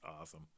awesome